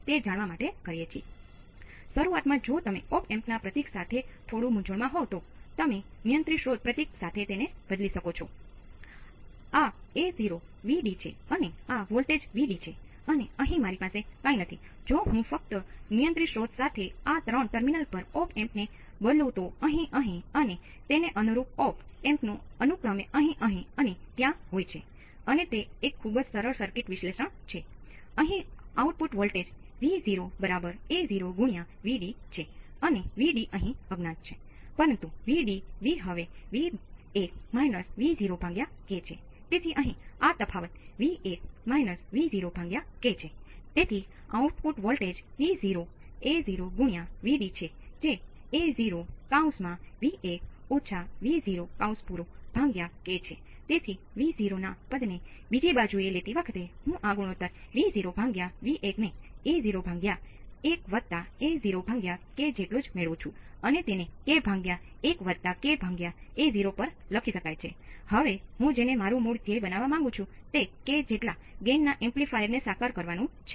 તેથી instrumentation amplifier V1 V1 V2 × R2 ભાંગ્યા R1 છે અને અન્ય એક V2 V1 V2 × R2 ભાંગ્યા R1 છે